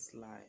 life